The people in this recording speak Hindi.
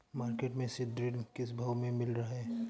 मार्केट में सीद्रिल किस भाव में मिल रहा है?